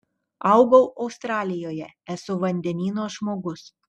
augau australijoje esu vandenyno žmogus